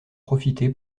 profiter